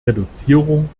reduzierung